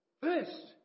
first